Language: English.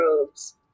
robes